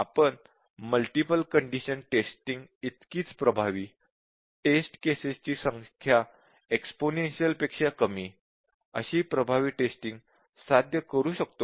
आपण multiple condition testing इतकीच प्रभावी टेस्ट केसेस ची संख्या एक्स्पोनेंशिअल पेक्षा कमी अशी प्रभावी टेस्टिंग साध्य करू शकतो का